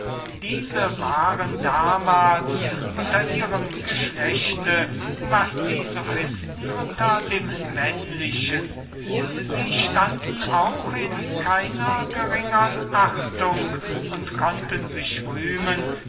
damen war damals unter ihrem geschlecht was die sophisten unter dem männlichen sie stunden in keiner geringern achtung und konnten sich rühmen